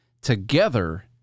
Together